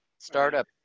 Startup